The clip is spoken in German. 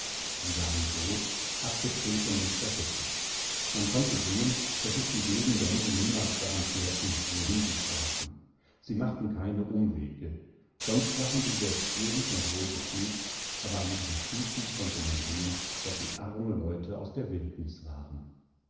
unruhigstenaberwurdeer alserihrefüßeansah siewarengroß abgetreten und zerrissen man konnte sehen daß sich die wilden gänse niemals daran kehrten wohin sie traten sie machten keine umwege sonst waren sie sehr zierlich und wohlgepflegt aber an ihren füßen konnte man sehen daß sie armeleuteausderwildniswaren der